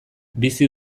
bizi